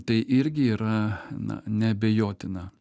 tai irgi yra na neabejotina